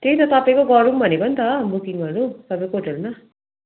त्यही त तपाईँको गरौँ भनेको नि त बुकिङहरू तपाईँको होटेलमा